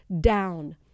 down